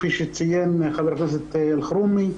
כפי שציין חבר הכנסת אלחרומי,